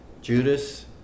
Judas